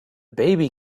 baby